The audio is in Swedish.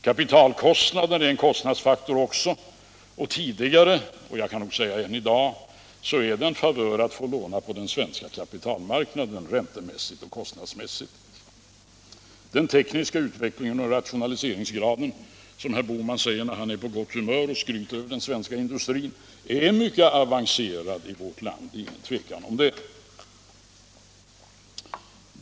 Kapitalkostnaden är en annan kostnadsfaktor. Tidigare var det — och jag kan nog säga att det är det än i dag — en favör räntemässigt och kostnadsmässigt att få låna på den svenska kapitalmarknaden. Det är ingen tvekan om att den tekniska utvecklingen är mycket avancerad och rationaliseringsgraden mycket hög i vårt land, vilket också herr Bohman brukar säga när han är på gott humör och skryter över den svenska industrin.